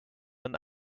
een